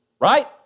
right